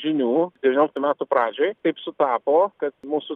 žinių devynioliktų metų pradžioj taip sutapo kad mūsų